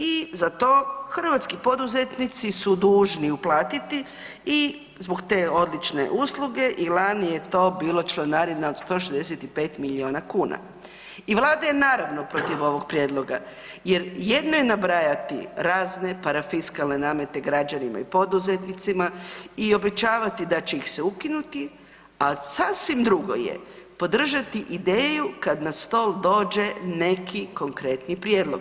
I za to hrvatski poduzetnici su dužni uplatiti i zbog te odlične usluge i lani je to bilo članarina od 165 milijuna kuna i Vlada je naravno protiv ovog prijedloga jer jedno je nabrajati razne parafiskalne namete građanima i poduzetnicima i obećavati da će ih se ukinuti, a sasvim drugo je podržati ideju kad na stol dođe neki konkretni prijedlog.